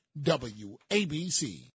WABC